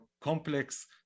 Complex